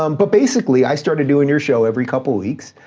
um but basically, i started doing your show every couple weeks,